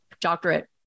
doctorate